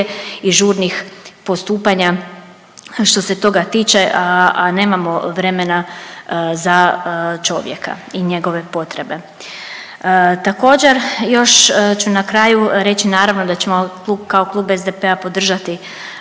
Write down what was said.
i žurnih postupanja što se toga tiče, a nemamo vremena za čovjeka i njegove potrebe. Također još ću na kraju reći naravno da ćemo klub, kao Klub SDP-a podržati